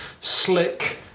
Slick